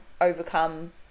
overcome